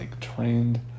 trained